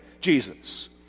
Jesus